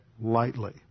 lightly